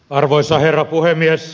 arvoisa herra puhemies